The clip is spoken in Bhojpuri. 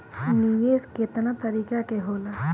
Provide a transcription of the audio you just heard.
निवेस केतना तरीका के होला?